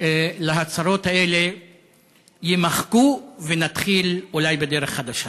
להצהרות האלה יימחקו, ונתחיל, אולי, בדרך חדשה.